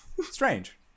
Strange